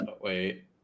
wait